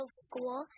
school